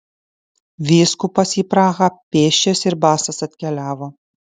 vyskupas į prahą pėsčias ir basas atkeliavo